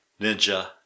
ninja